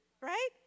right